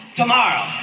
tomorrow